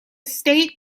state